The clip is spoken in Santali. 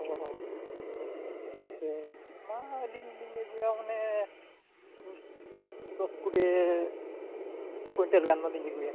ᱚᱻ ᱦᱚᱸ ᱟᱹᱞᱤᱧ ᱢᱮᱱᱮᱫᱼᱟ ᱥᱮ ᱟᱭᱢᱟ ᱟᱹᱞᱤᱧ ᱞᱤᱧ ᱟᱹᱜᱩᱭᱟ ᱢᱟᱱᱮ ᱫᱚᱥ ᱠᱩᱲᱤ ᱠᱩᱱᱴᱮᱞ ᱜᱟᱱ ᱫᱚᱞᱤᱧ ᱟᱹᱜᱩᱭᱟ